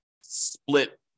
split